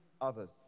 others